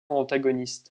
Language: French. antagoniste